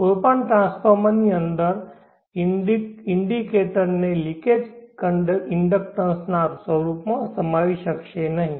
કોઈ પણ આ ટ્રાન્સફોર્મરની અંદર ઇન્ડિકેટરને લિકેજ ઇન્ડક્ટન્સના સ્વરૂપમાં સમાવી શકશે નહીં